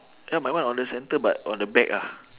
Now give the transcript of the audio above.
ya my one on the center but on the back ah